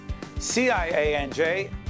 CIANJ